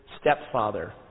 stepfather